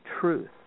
truth